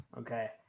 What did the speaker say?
Okay